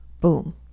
Boom